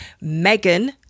Megan